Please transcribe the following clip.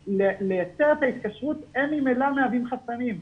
לייצר את ההתקשרות, הם ממילא מהווים חסמים,